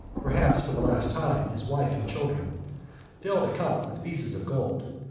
perhaps for the last time, his wife and children filled a cup with pieces of gold,